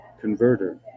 converter